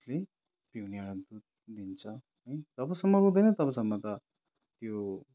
उसले पिउने आ दुध दिन्छ है जबसम्म रुँदैन तबसम्म त यो